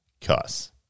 cuss